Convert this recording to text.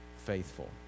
Faithful